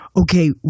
Okay